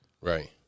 Right